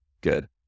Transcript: Good